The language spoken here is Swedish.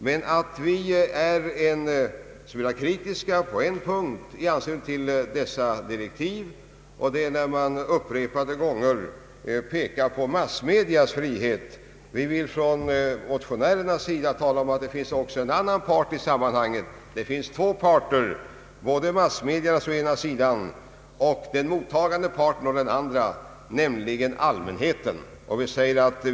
Vi är emellertid en smula kritiska på en punkt i dessa direktiv, och det är när man upprepade gånger pekar på massmedias frihet. Vi motionärer vill tala om att det också finns en annan part i sammanhanget. Massmedia är den ena parten och allmänheten den andra.